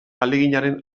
ahaleginaren